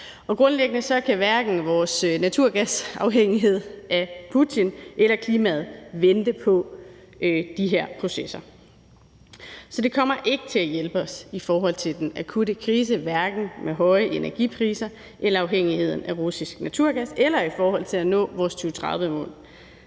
Grundlæggende kan hverken vores naturgasafhængighed af Putin eller klimaet vente på de her processer. Så det kommer ikke til at hjælpe os i forhold til den akutte krise, hverken når det gælder høje energipriser eller afhængigheden af russisk naturgas, eller i forhold til at nå vores 2030-mål.